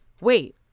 wait